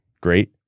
Great